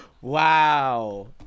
Wow